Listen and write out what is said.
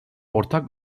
ortak